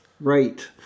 Right